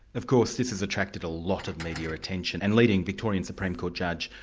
of course this has attracted a lot of media attention, and leading victorian supreme court judge,